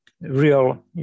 real